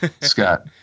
Scott